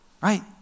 right